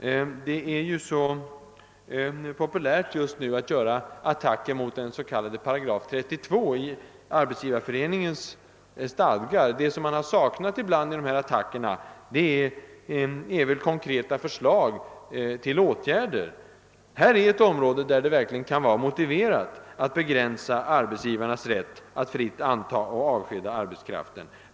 Det är ju så populärt just nu att göra attacker mot 32 8 i Arbetsgivareföreningens stadgar. I de attackerna har man ibland saknat konkreta förslag till åtgärder. Här är ett område där det verkligen kan vara motiverat att begränsa arbetsgivarnas rätt att fritt anta och avskeda arbetskraft.